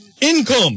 Income